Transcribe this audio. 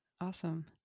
Awesome